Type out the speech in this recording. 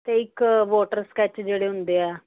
ਅਤੇ ਇੱਕ voter sketch ਜਿਹੜੇ ਹੁੰਦੇ ਆ